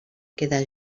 queda